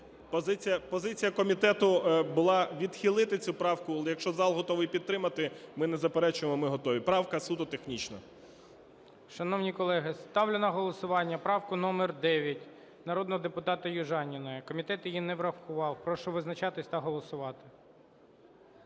Позиція комітету була відхилити цю правку. Але якщо зал готовий підтримати, ми не заперечуємо, ми готові. Правка суто технічна. ГОЛОВУЮЧИЙ. Шановні колеги, ставлю на голосування правку номер 9 народного депутата Южаніної. Комітет її не врахував. Прошу визначатись та голосувати.